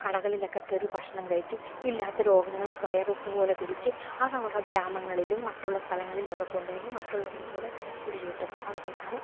കടകളിലൊക്കെക്കയറി ഭക്ഷണം കഴിച്ച് ഇല്ലാത്ത രോഗങ്ങൾ വൈറസ് പോലെ പിടിച്ച് അതവരുടെ ഗ്രാമങ്ങളിലും മറ്റുള്ള സ്ഥലങ്ങളിലുമൊക്കെ കൊണ്ടുചെന്ന് മറ്റുള്ളവർക്കുങ്കൂടെ പിടിച്ച് കിട്ടും അത് കൊണ്ടാണ്